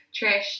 Trish